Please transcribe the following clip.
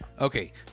Okay